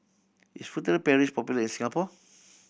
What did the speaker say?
is Furtere Paris popular in Singapore